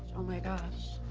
oh my gosh.